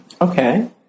Okay